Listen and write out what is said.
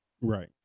Right